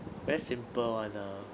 very simple [one] ah